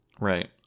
right